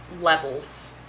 levels